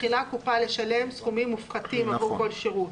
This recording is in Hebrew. מתחילה הקופה לשלם סכומים מופחתים עבור כל שרות.